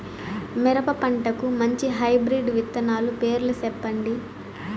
మిరప పంటకు మంచి హైబ్రిడ్ విత్తనాలు పేర్లు సెప్పండి?